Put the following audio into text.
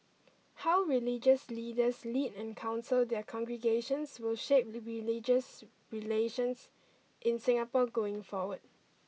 how religious leaders lead and counsel their congregations will shape the religious relations in Singapore going forward